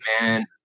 Man